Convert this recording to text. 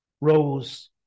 Rose